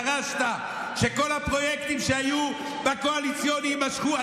דרשת שכל הפרויקטים שהיו בקואליציוניים יימשכו,